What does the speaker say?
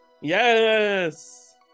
Yes